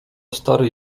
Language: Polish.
stary